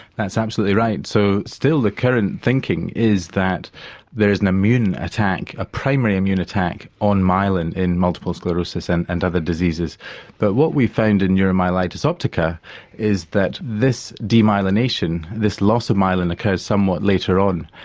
that's absolutely right, so still the current thinking is that there is an immune attack, a primary immune attack on myelin in multiple sclerosis and and other diseases but what we found in neuromyelitis optica is that this demyelination, this loss of myelin occurs somewhat later on.